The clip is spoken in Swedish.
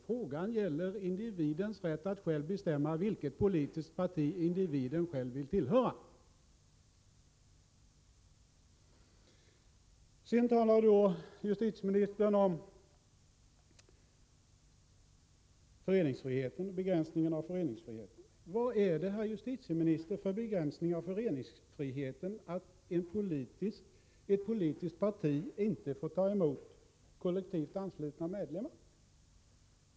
Frågan gäller individens rätt att själv bestämma vilket politiskt parti individen själv vill tillhöra. Vidare talar justitieministern om begränsning av föreningsfriheten. Hur kan det innebära en begränsning av föreningsfriheten att ett politiskt parti inte får ta emot kollektivt anslutna medlemmar.